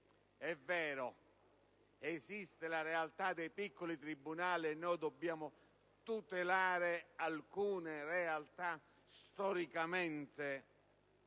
È vero, esiste la realtà dei piccoli tribunali, e noi dobbiamo tutelare alcune realtà ormai storicamente